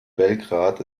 belgrad